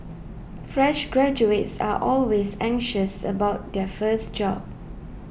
fresh graduates are always anxious about their first job